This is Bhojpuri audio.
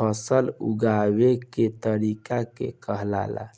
फसल उगावे के तरीका के कहाला